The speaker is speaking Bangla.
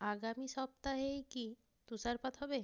আগামী সপ্তাহেই কি তুষারপাত হবে